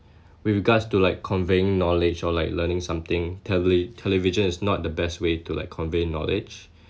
with regards to like conveying knowledge or like learning something tele~ television is not the best way to like convey a knowledge